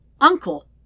Uncle